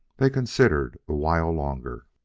they considered a while longer.